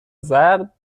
زرد